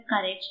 courage